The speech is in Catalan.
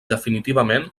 definitivament